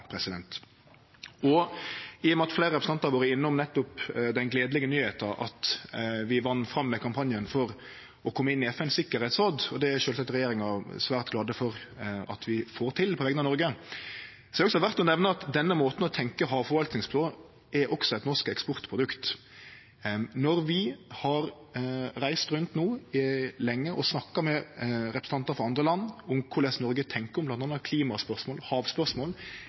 I og med at fleire representantar har vore innom den gledelege nyheita at vi vann fram med kampanjen for å kome inn i FNs tryggingsråd – det er sjølvsagt regjeringa svært glad for at vi fekk til, på vegner av Noreg – er det også verdt å nemne at denne måten å tenkje havforvaltning på også er eit norsk eksportprodukt. Når vi no lenge har reist rundt og snakka med representantar for andre land om korleis Noreg tenkjer om bl.a. klimaspørsmål og havspørsmål,